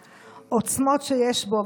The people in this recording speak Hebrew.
ובעוצמות שיש בו.